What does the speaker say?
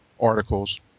articles